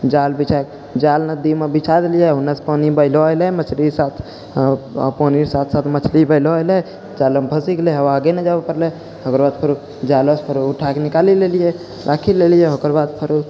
जाल बिछाइ जाल नदीमे बिछा देलिए होन्नेसँ पानी बहिलऽ अएलै मछली साथ अएलै आओर पानि रऽ साथ साथ मछली बहलऽ अएलै जालमे फँसि गेलै ओ आगे जाबऽ नहि पड़लै ओकरो बाद फेरो जालोसँ फेर उठाके निकालि लेलिए राखि लेलिए ओकर बाद फेरो